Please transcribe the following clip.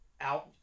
out